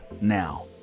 now